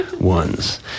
ones